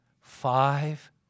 five